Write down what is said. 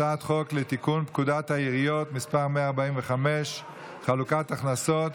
הצעת חוק לתיקון פקודת העיריות (מס' 154) (חלוקת הכנסות).